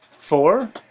Four